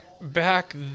Back